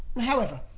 however,